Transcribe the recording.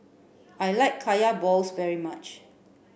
I like Kaya Balls very much